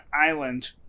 island